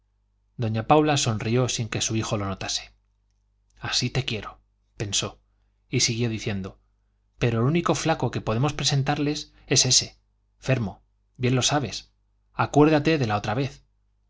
doña paula sonrió sin que su hijo lo notase así te quiero pensó y siguió diciendo pero el único flaco que podemos presentarles es este fermo bien lo sabes acuérdate de la otra vez